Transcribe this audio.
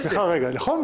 נכון.